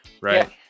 right